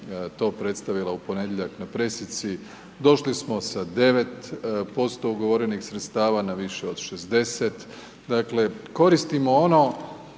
to predstavila u ponedjeljak na pressici, došli smo sa 9% ugovorenih sredstava, na više od 60. Dakle, koristimo ono